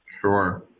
Sure